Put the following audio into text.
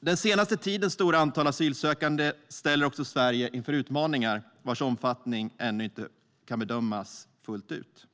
Den senaste tidens stora antal asylsökande ställer dock Sverige inför utmaningar vars omfattning ännu inte kan bedömas fullt ut.